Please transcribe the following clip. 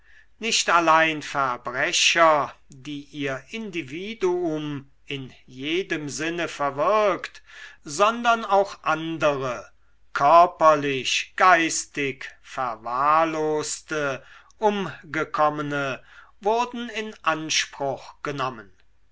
nicht allein verbrecher die ihr individuum in jedem sinne verwirkt sondern auch andere körperlich geistig verwahrloste umgekommene wurden in anspruch genommen